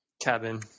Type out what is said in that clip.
Cabin